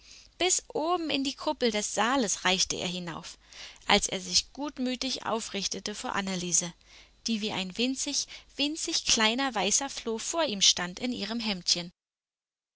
bis oben in die kuppel des saales reichte er hinauf als er sich gutmütig aufrichtete vor anneliese die wie ein winzig winzig kleiner weißer floh vor ihm stand in ihrem hemdchen